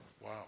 Wow